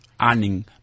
Earning